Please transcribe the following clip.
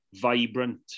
Vibrant